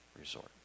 resort